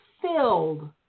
filled